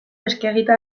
eskegita